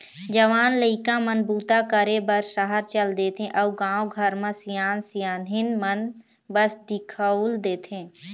जवान लइका मन बूता करे बर सहर चल देथे अउ गाँव घर म सियान सियनहिन मन बस दिखउल देथे